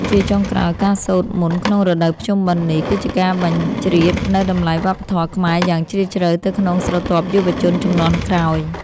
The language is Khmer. ជាចុងក្រោយ ការសូត្រមន្តក្នុងរដូវភ្ជុំបិណ្ឌនេះ គឺជាការបញ្ជ្រាបនូវតម្លៃវប្បធម៌ខ្មែរយ៉ាងជ្រាលជ្រៅទៅក្នុងស្រទាប់យុវជនជំនាន់ក្រោយ។